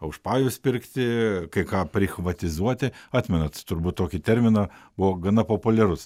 už pajus pirkti kai ką prichvatizuoti atmenat turbūt tokį terminą buvo gana populiarus